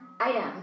item